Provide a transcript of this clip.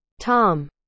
Tom